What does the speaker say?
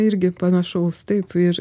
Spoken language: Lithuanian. irgi panašaus taip ir